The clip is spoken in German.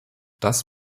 das